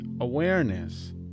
awareness